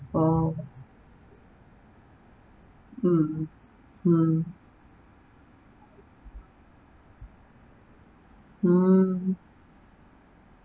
oh mm mm hmm